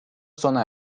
sona